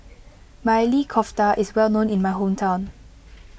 Maili Kofta is well known in my hometown